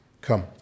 come